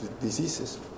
diseases